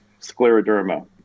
scleroderma